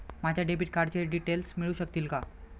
माझ्या डेबिट कार्डचे डिटेल्स मिळू शकतील का?